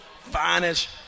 finest